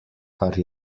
kar